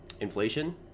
Inflation